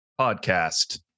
Podcast